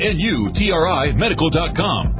N-U-T-R-I-Medical.com